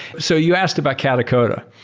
so you asked about katacoda.